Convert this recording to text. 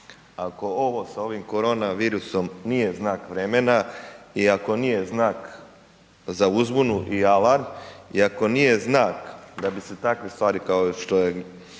ako ovo sa ovim korona virusom nije znak vremena, i ako nije znak za uzbunu i alarm, i ako nije znak da bi se takve stvari kao što je